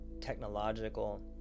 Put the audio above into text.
technological